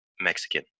Mexican